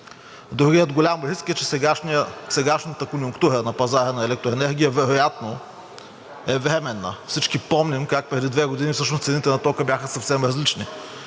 Другият голям риск е, че сегашната конюнктура на пазара на електроенергия вероятно е временна. Всички помним как преди две години всъщност цените на тока бяха съвсем различни,